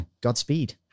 Godspeed